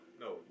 No